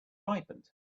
ripened